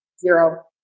zero